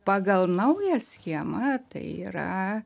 pagal naują schemą tai yra